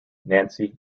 nancy